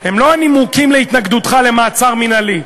הם לא הנימוקים להתנגדותך למעצר מינהלי,